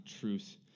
truth